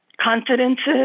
confidences